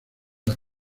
las